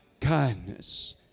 kindness